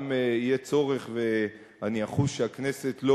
ואם יהיה צורך ואני אחוש שהכנסת לא